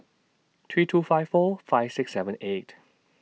three two five four five six seven eight